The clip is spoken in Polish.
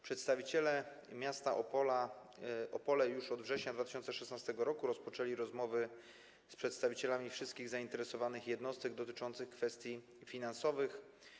Przedstawiciele miasta Opole już od września 2016 r. rozpoczęli rozmowy z przedstawicielami wszystkich zainteresowanych jednostek dotyczące kwestii finansowych.